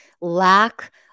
lack